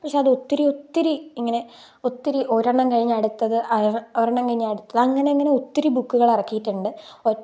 പക്ഷേ അത് ഒത്തിരി ഒത്തിരി ഇങ്ങനെ ഒത്തിരി ഒരെണ്ണം കഴിഞ്ഞ് അടുത്തത് ഒരെണ്ണം കഴിഞ്ഞ് അടുത്തത് അങ്ങനെയങ്ങനെ ഒത്തിരി ബുക്കുകൾ ഇറക്കിയിട്ടുണ്ട്